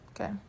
Okay